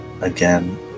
Again